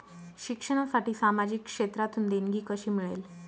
शिक्षणासाठी सामाजिक क्षेत्रातून देणगी कशी मिळेल?